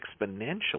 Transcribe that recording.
exponentially